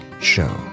show